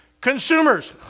Consumers